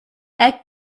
add